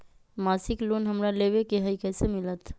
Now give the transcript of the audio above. मासिक लोन हमरा लेवे के हई कैसे मिलत?